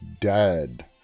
Dead